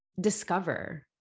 discover